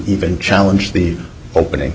even challenge the opening